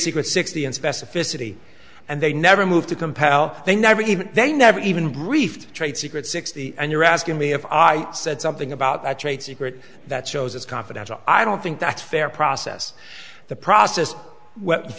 secret sixty and specificity and they never moved to compel they never even they never even briefed trade secret sixty and you're asking me if i said something about the trade secret that shows it's confidential i don't think that's fair process the process